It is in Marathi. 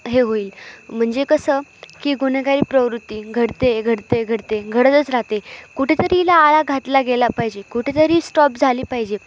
हे होईल म्हणजे कसं की गुन्हेगारी प्रवृत्ती घडते घडते घडते घडतच राहते कुठेतरी हिला आळा घातला गेला पाहिजे कुठेतरी स्टॉप झाली पाहिजे